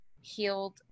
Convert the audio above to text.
healed